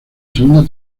segunda